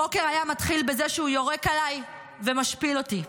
הבוקר היה מתחיל בזה שהוא יורק עליי ומשפיל אותי.